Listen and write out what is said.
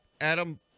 Adam